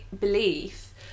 belief